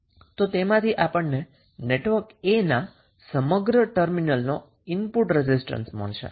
તો તેમાંથી આપણને નેટવર્ક A ના ટર્મિનલની એક્રોસમા ઇનપુટ રેઝિસ્ટન્સ મળશે